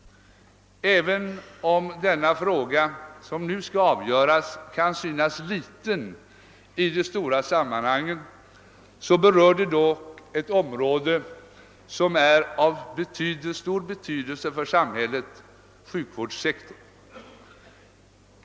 även om den fråga som nu skall avgöras kan synas liten i det stora sammanhanget, så berör den dock ett område som är av stor betydelse för samhället, nämligen sjukvårdssektorn.